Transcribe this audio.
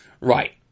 Right